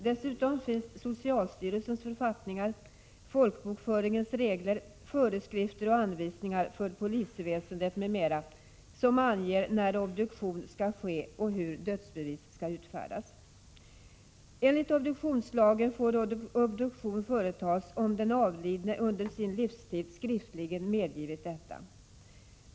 Dessutom finns socialstyrelsens författningar, folkbokföringens regler, föreskrifter och anvisningar för polisväsendet m.m., som anger när obduktion skall ske och hur dödsbevis skall utfärdas. Enligt obduktionslagen får obduktion företas om den avlidne under sin livstid skriftligen medgivit detta.